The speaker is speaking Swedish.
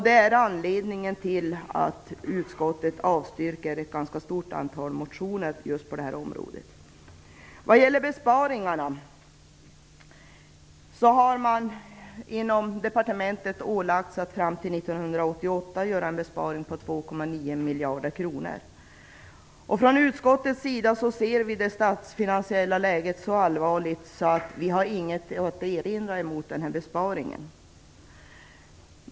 Det är anledningen till att utskottet avstyrker ett ganska stort antal motioner just på det här området. När det gäller besparingar har man inom departementet ålagts att fram till 1998 göra en besparing på 2,9 miljarder kronor. Från utskottets sida ser vi det statsfinansiella läget så allvarligt att vi inte har något att erinra mot denna besparing.